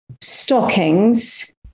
stockings